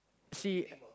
actually